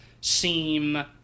seem